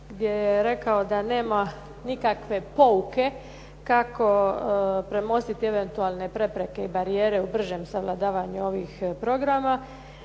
gdje je rekao da nema nikakve pouke kako premostiti eventualne prepreke i barijere u bržem savladavanju ovih programa.